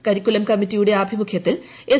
curriculum കമ്മിറ്റിയുടെ ആഭിമുഖ്യത്തിൽ S